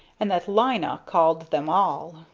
and that lina called them all.